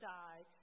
die